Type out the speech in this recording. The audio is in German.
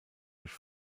durch